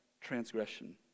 transgression